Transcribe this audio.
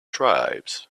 tribes